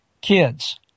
kids